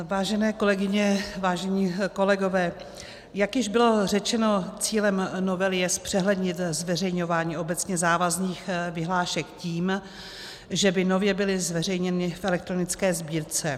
Vážené kolegyně, vážení kolegové, jak již bylo řečeno, cílem novely je zpřehlednit zveřejňování obecně závazných vyhlášek tím, že by nově byly zveřejněny v elektronické sbírce.